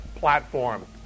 Platform